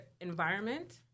environment